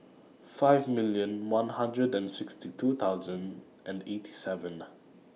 five million one hundred and sixty two thousand and eighty seven